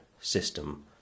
system